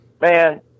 man